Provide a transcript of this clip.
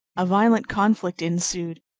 a violent conflict ensued,